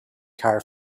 car